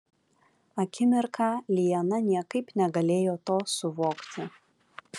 akimirką liana niekaip negalėjo to suvokti